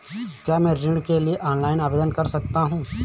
क्या मैं ऋण के लिए ऑनलाइन आवेदन कर सकता हूँ?